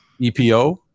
epo